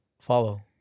Follow